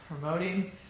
promoting